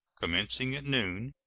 commencing at noon,